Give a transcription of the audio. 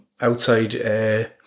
outside